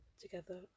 together